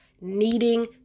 needing